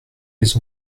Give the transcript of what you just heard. les